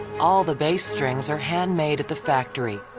all the bass strings are handmade at the factory.